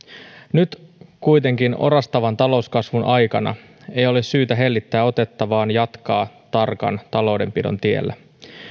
nyt orastavan talouskasvun aikana ei ole syytä hellittää otetta vaan tulee jatkaa tarkan taloudenpidon tiellä